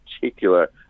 particular